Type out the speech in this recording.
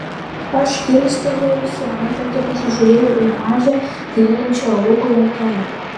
aš kilstelėjusi antakį pasižiūrėjau į mažę sėdinčią lukui ant kelių